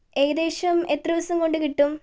ഏകദേശം എത്ര ദിവസം കൊണ്ട് കിട്ടും